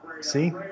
See